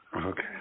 Okay